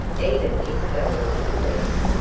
even isabel was impressed.